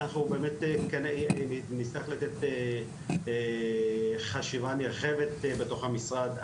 אנחנו באמת נצטרך לתת חשיבה נרחבת בתוך המשרד,